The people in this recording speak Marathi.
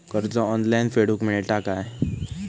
कर्ज ऑनलाइन फेडूक मेलता काय?